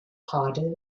harder